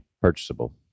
purchasable